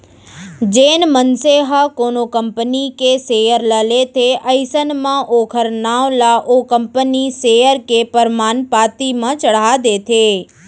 जेन मनसे ह कोनो कंपनी के सेयर ल लेथे अइसन म ओखर नांव ला ओ कंपनी सेयर के परमान पाती म चड़हा देथे